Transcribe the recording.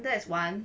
that is one